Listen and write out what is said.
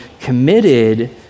committed